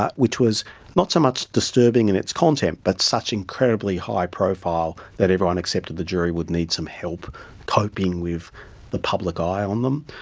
ah which was not so much disturbing in its content, but such incredibly high profile that everyone accepted the jury would need some help coping with the public eye on them.